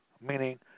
meaning